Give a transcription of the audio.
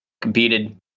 competed